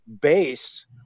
base